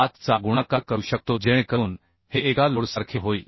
5 चा गुणाकार करू शकतो जेणेकरून हे एका लोडसारखे होईल